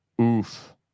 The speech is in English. Oof